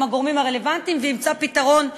הגורמים הרלוונטיים וימצא פתרון לעובדים.